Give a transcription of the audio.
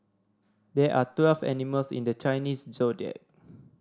there are twelve animals in the Chinese Zodiac